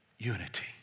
unity